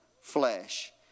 flesh